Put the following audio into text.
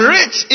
Rich